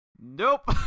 Nope